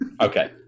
okay